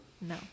no